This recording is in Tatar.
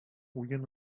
уен